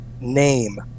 name